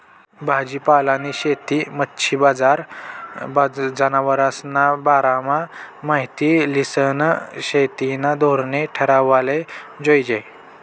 भाजीपालानी शेती, मच्छी बजार, जनावरेस्ना बारामा माहिती ल्हिसन शेतीना धोरणे ठरावाले जोयजे